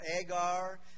Agar